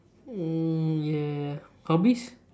hmm ya hobbies